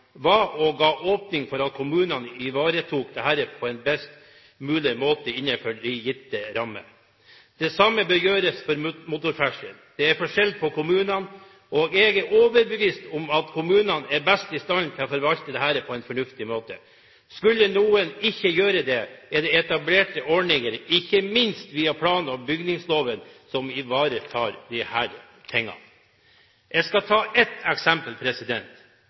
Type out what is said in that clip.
var, og ga åpning for at kommunene ivaretok dette på en best mulig måte innenfor de gitte rammer. Det samme bør gjøres for motorferdsel. Det er forskjell på kommunene, og jeg er overbevist om at kommunene er best i stand til å forvalte dette på en fornuftig måte. Skulle noen ikke gjøre det, er det etablerte ordninger – ikke minst via plan- og bygningsloven – som ivaretar disse tingene. Jeg skal ta ett eksempel: